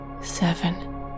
Seven